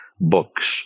books